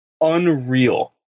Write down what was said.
unreal